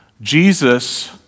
Jesus